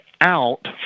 out